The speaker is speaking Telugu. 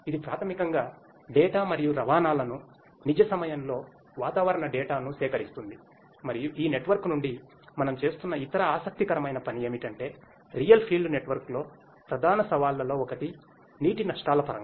ఇది ప్రాథమికంగా డేటా మరియు రవాణాలను నిజ సమయంలో వాతావరణ డేటాను సేకరిస్తుంది మరియు ఈ నెట్వర్క్ నుండి మనం చేస్తున్న ఇతర ఆసక్తికరమైన పని ఏమిటంటే రియల్ ఫీల్డ్ నెట్వర్క్లో ప్రధాన సవాళ్లలో ఒకటి నీటి నష్టాల పరంగా